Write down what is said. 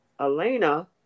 Elena